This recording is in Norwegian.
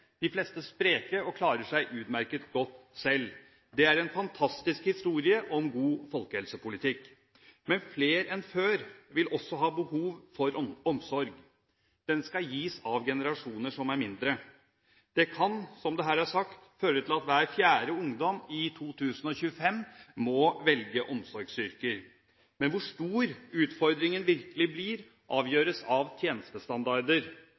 De fleste vil være spreke og klare seg utmerket godt selv. Det er en fantastisk historie om god folkehelsepolitikk. Men flere enn før vil også ha behov for omsorg. Den skal gis av generasjoner som er færre i antall. Det kan, som det her er sagt, føre til at hver fjerde ungdom i 2025 må velge omsorgsyrker. Hvor stor utfordringen virkelig blir, avgjøres av tjenestestandarder.